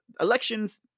elections